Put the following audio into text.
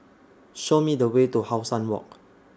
Show Me The Way to How Sun Walk